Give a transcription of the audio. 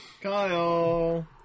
Kyle